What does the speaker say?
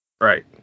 Right